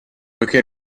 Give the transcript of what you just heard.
poiché